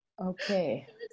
Okay